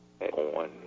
On